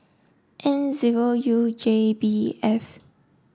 N zero U J B F